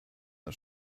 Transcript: der